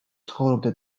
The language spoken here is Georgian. ცხოვრობდა